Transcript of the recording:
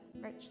rich